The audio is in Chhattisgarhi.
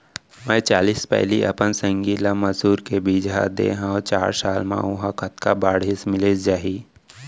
मैं चालीस पैली अपन संगी ल मसूर के बीजहा दे हव चार साल म मोला कतका बाड़ही मिलिस जाही?